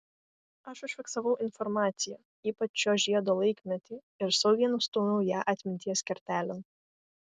aš užfiksavau informaciją ypač šio žiedo laikmetį ir saugiai nustūmiau ją atminties kertelėn